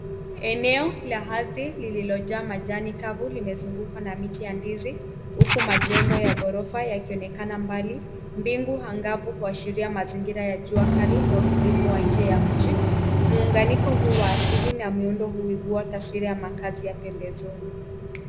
Eneo la ardhi lililojaa majani kavu limezungukwa na miti ya ndizi, huku majengo ya ghorofa yakionekana mbali. Mbingu angavu huashiria mazingira ya jua kali na utulivu wa nje ya mji. Muunganiko huu wa asili na muundo huvua taswira ya makazi ya pembezoni.